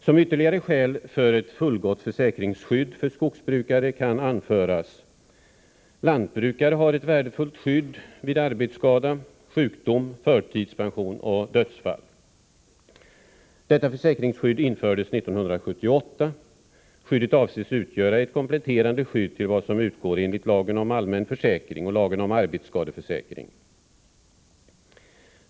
Som ytterligare skäl för ett fullgott försäkringsskydd för skogsbrukare kan anföras att lantbrukare redan nu har ett värdefullt skydd vid arbetsskada, sjukdom, förtidspension och dödsfall. Detta försäkringsskydd infördes 1978. Skyddet avses utgöra ett kompletterande skydd till vad som utgår enligt lagen om allmän försäkring och lagen om arbetsskadeförsäkring.